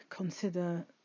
Consider